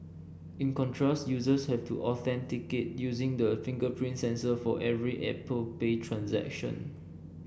in contrast users have to authenticate using the fingerprint sensor for every Apple Pay transaction